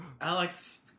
Alex